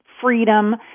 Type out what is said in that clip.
freedom